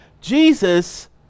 Jesus